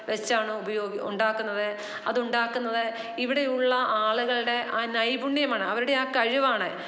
വെച്ചാണ് ഉപയോഗം ഉണ്ടാക്കുന്നത് അതുണ്ടാക്കുന്നത് ഇവിടെയുള്ള ആളുകളുടെ ആ നൈപുണ്യമാണ് അവരുടെ ആ കഴിവാണേൽ